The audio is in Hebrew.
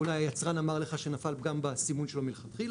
אולי היצרן אמר לך שנפל פגם בסימון שלו מלכתחילה,